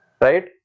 right